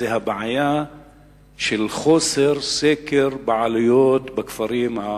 זו הבעיה של חוסר סקר בעלויות בכפרים הערביים.